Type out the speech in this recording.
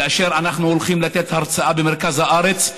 כאשר אנחנו הולכים לתת הרצאה במרכז הארץ,